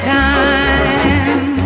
time